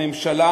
הממשלה